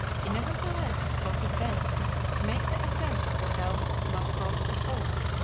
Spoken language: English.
he nevertheless thought it best to make the attempt or else not cross at all.